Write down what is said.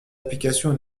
applications